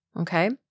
okay